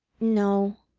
no,